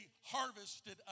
harvested